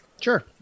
Sure